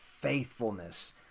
faithfulness